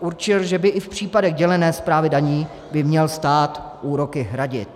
určil, že by i v případech dělené správy daní měl stát úroky hradit.